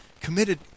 committed